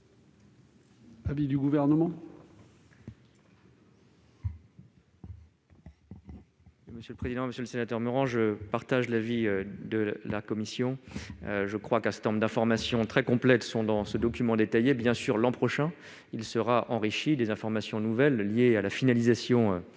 l'avis du Gouvernement ?